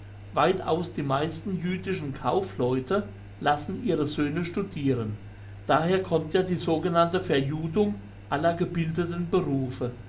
weitaus die meisten jüdischen kaufleute lassen ihre söhne studiren daher kommt ja die sogenannte verjudung aller gebildeten berufe